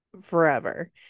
forever